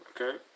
Okay